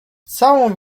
całą